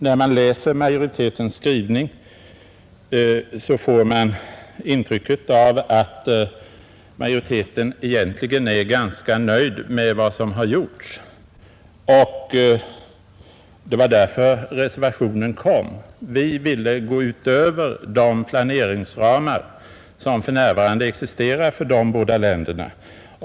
När man läser majoritetens skrivning får man ett intryck av att majoriteten egentligen är ganska nöjd med vad som har gjorts, och det var därför reservationen kom. Vi ville gå utöver de planeringsramar som för närvarande existerar för de båda länderna.